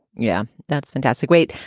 yeah, that's fantastic. wait,